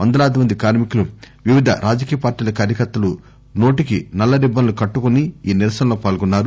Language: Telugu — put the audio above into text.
వందలాదిమంది కార్మి కులు వివిధ రాజకీయ పార్టీల కార్యకర్తలు నోటికి నల్ల రిబ్బన్లు కట్టుకుని ఈ నిరసనలో పాల్గొన్నారు